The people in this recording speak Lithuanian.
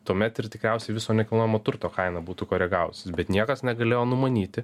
tuomet ir tikriausiai viso nekilnojamo turto kaina būtų koregavusis bet niekas negalėjo numanyti